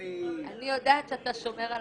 אני יודעת שאתה שומר על